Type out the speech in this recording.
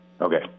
Okay